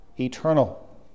eternal